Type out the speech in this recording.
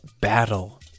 battle